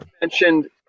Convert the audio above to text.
mentioned